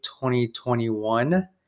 2021